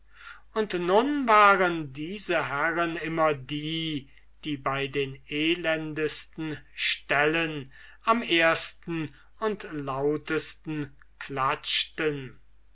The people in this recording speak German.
und nun waren diese herren immer die die bei den elendesten stellen am ersten und am lautsten klatschten